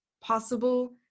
possible